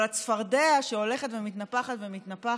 אבל הצפרדע שהולכת ומתנפחת ומתנפחת,